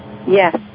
Yes